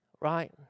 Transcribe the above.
Right